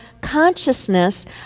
consciousness